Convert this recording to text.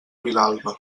vilalba